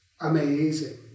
amazing